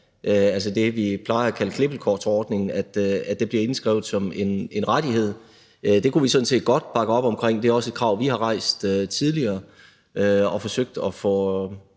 altså at det, vi plejer at kalde klippekortsordningen, bliver indskrevet som en rettighed. Det kunne vi sådan set godt bakke op om, for det er også et krav, vi har rejst tidligere og forsøgt at få